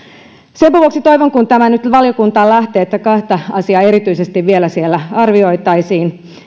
senpä vuoksi toivon kun tämä nyt valiokuntaan lähtee että kahta asiaa erityisesti vielä siellä arvioitaisiin